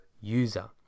user